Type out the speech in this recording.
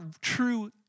true